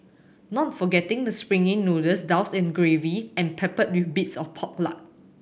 not forgetting the springy noodles doused in gravy and peppered with bits of pork lard